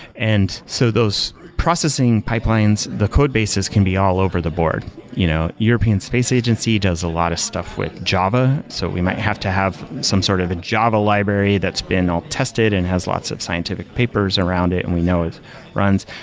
and so those processing pipelines, the code bases can be all over the board you know european space agency does a lot of stuff with java. so we might have to have some sort of and java library that's been all tested and has lots of scientific papers around it and we know it runs.